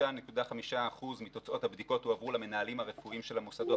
כ-95.5% מתוצאות הבדיקות הועברו למנהלים הרפואיים של המוסדות